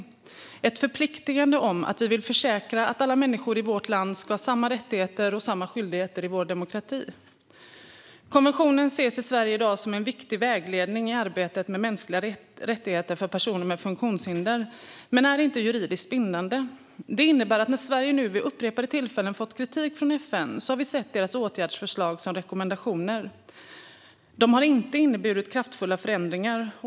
Det innebär ett förpliktande att försäkra att alla människor i vårt land ska ha samma rättigheter och samma skyldigheter i vår demokrati. Konventionen ses i Sverige i dag som en viktig vägledning i arbetet med mänskliga rättigheter för personer med funktionshinder men är inte juridiskt bindande. Det innebär att när Sverige nu vid upprepade tillfällen fått kritik från FN har vi sett deras åtgärdsförslag som rekommendationer. De har inte inneburit kraftfulla förändringar.